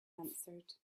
answered